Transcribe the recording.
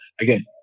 again